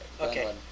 Okay